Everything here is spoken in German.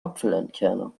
apfelentkerner